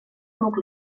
nucli